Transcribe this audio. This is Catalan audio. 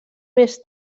més